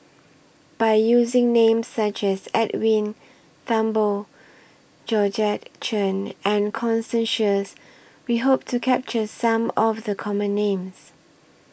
By using Names such as Edwin Thumboo Georgette Chen and Constance Sheares We Hope to capture Some of The Common Names